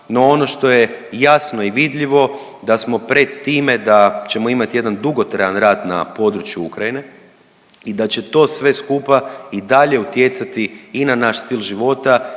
No ono što je jasno i vidljivo da smo pred time da ćemo imati jedan dugotrajan rat na području Ukrajine i da će to sve skupa i dalje utjecati i na naš stil života